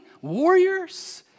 warriors